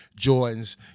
Jordans